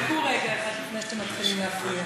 חכו רגע אחד, לפני שאתם מתחילים להפריע.